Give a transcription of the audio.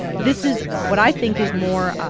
this is what i think is more,